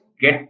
get